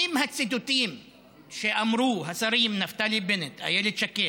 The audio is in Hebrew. האם הציטוטים שאמרו השרים נפתלי בנט, איילת שקד,